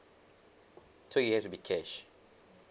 so it has to be cash